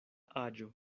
aĝo